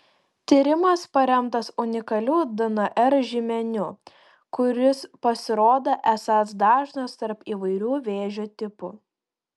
tyrimas paremtas unikaliu dnr žymeniu kuris pasirodo esąs dažnas tarp įvairių vėžio tipų